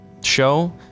show